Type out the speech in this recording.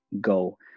go